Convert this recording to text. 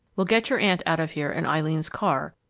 we'll get your aunt out of here in eileen's car,